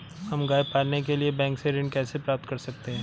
हम गाय पालने के लिए बैंक से ऋण कैसे प्राप्त कर सकते हैं?